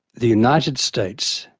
the united states,